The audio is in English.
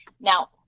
Now